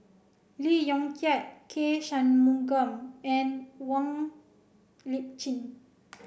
Lee Yong Kiat K Shanmugam and Wong Lip Chin